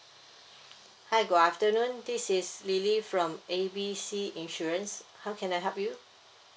hi good afternoon this is lily from A B C insurance how can I help you